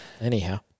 Anyhow